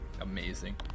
Amazing